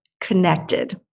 connected